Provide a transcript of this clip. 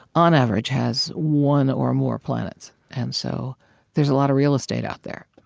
on average, has one or more planets. and so there's a lot of real estate out there.